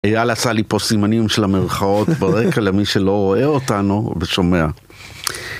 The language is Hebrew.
אייל עשה לי פה סימנים של המרכאות ברקע למי שלא רואה אותנו ושומע.